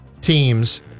teams